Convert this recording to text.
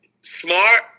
smart